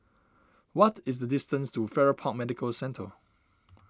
what is the distance to Farrer Park Medical Centre